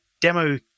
demo